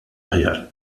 aħjar